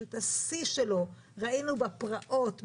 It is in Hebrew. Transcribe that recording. שאת השיא שלו ראינו בפרעות באייר,